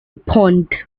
pond